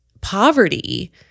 poverty